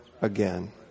again